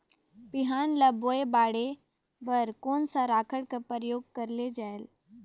बिहान ल बोये बाढे बर कोन सा राखड कर प्रयोग करले जायेल?